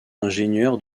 ingénieur